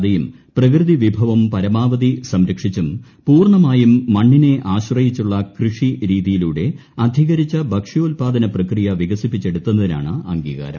കാലാവസ്ഥാ വൃതിയാനം വരാതെയും പ്രകൃതിവിഭവം പരമാവധി സംരക്ഷിച്ചും പൂർണ്ണമായും മണ്ണിനെ ആശ്രയിച്ചുള്ള കൃഷിരീതിയിലൂടെ അധികരിച്ച ഭക്ഷ്യാത്പാദന പ്രക്രിയ വികസിപ്പിച്ചെടുത്തിനാണ് അംഗീകാരം